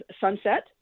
sunset